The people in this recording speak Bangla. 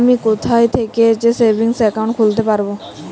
আমি কোথায় থেকে সেভিংস একাউন্ট খুলতে পারবো?